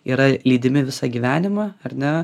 yra lydimi visą gyvenimą ar ne